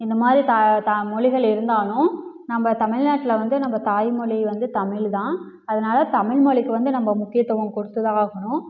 இந்த மாதிரி தா தா மொழிகள் இருந்தாலும் நம்ம தமிழ்நாட்டுல வந்து நம்ம தாய் மொழி வந்து தமிழ் தான் அதனால தமிழ் மொழிக்கு வந்து நம்ப முக்கியத்துவம் கொடுத்துதான் ஆகணும்